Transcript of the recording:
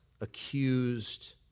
accused